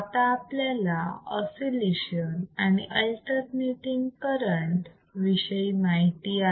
आता आपल्याला ऑसिलेशन आणि अल्टरनेटिंग करंट विषय माहित आहे